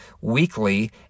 weekly